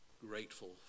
grateful